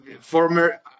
former